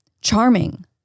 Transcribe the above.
charming